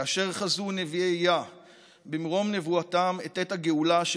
כאשר חזו נביאי-יה במרום נבואתם את עת הגאולה של